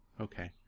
Okay